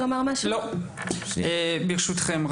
ברשותכם,